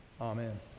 Amen